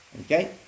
okay